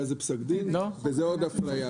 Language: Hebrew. היה פסק דין וזאת עוד אפליה.